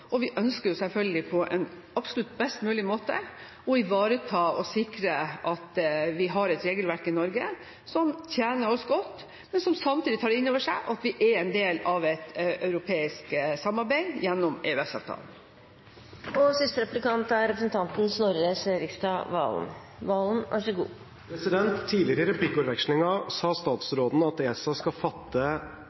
og vi ønsker selvfølgelig på en absolutt best mulig måte å ivareta og sikre at vi har et regelverk i Norge som tjener oss godt, men som samtidig tar inn over seg at vi er en del av et europeisk samarbeid gjennom EØS-avtalen. I tidligere replikkordvekslinger sa statsråden at ESA skal fatte